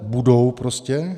Budou prostě.